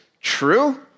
true